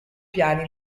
piani